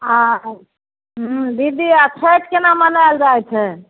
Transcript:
आओर हूँ दीदी आओर छैठ केना मनायल जाइ छै